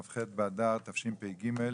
כ"ח באדר התשפ"ג,